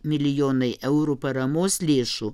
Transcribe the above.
milijonai eurų paramos lėšų